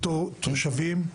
אותם תושבים.